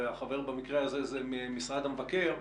וחבר במקרה הזה זה ממשרד המבקר,